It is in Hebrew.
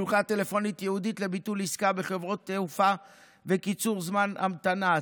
שלוחה טלפונית ייעודית לביטול עסקה בחברות תעופה וקיצור זמן המתנה,